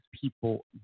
people